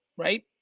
right?